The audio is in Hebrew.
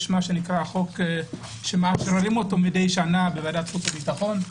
יש חוק שמביאים אותו מידי שנה בוועדת חוץ וביטחון,